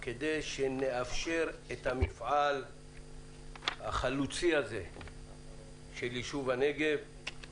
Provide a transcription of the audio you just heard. כדי שנאפשר את המפעל החלוצי הזה של יישוב הנגב.